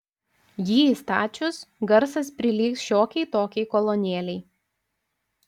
jį įstačius garsas prilygs šiokiai tokiai kolonėlei